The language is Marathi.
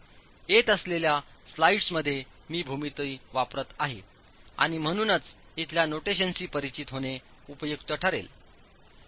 येत असलेल्या स्लाइड्समध्ये मी भूमिती वापरत आहे आणि म्हणूनच इथल्या नोटेशनशी परिचित होणे उपयुक्त ठरेल